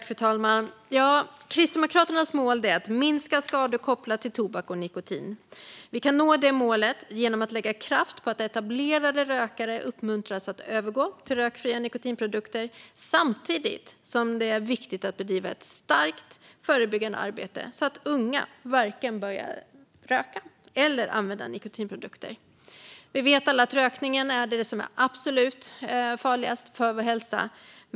Fru talman! Kristdemokraternas mål är att minska skador kopplade till tobak och nikotin. Vi kan nå det målet genom att lägga kraft på att etablerade rökare uppmuntras att övergå till rökfria nikotinprodukter. Samtidigt är det viktigt att bedriva ett starkt förebyggande arbete så att unga varken börjar röka eller använda andra nikotinprodukter. Vi vet alla att rökningen är det som är absolut farligast för vår hälsa.